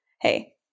hey